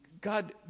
God